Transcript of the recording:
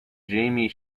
jamie